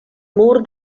mur